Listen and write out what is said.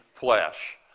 flesh